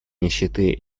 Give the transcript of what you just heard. нищеты